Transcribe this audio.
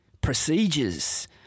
procedures